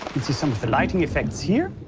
can see some of the lighting effects here.